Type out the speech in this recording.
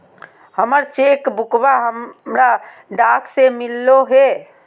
हमर चेक बुकवा हमरा डाक से मिललो हे